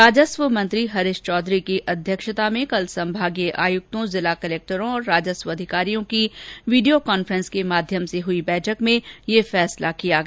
राजस्व मंत्री हरीश चौधरी की अध्यक्षता में कल संभागीय आयुक्तों जिला कलक्टर्स और राजस्व अधिकारियों की वीडियो कॉन्फ्रेंस के माध्यम से आयोजित बैठक में यह निर्णय लिया गया